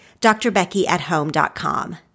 DrBeckyAtHome.com